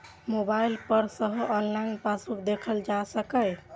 mobile पर सेहो online passbook देखल जा सकैए